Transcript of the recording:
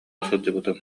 сылдьыбытым